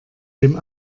dem